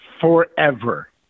forever